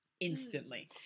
Instantly